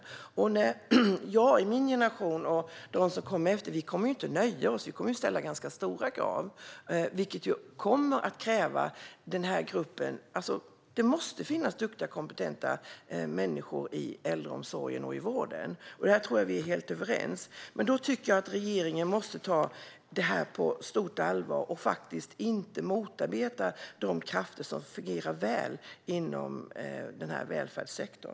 Människor i min generation och de som kommer efter kommer inte att nöja sig utan kommer att ställa ganska stora krav. Det kommer att kräva att det finns duktiga och kompetenta människor i äldreomsorgen och i vården. Detta tror jag att vi är helt överens om. Men då måste regeringen ta detta på stort allvar och faktiskt inte motarbeta de krafter som fungerar väl inom denna välfärdssektor.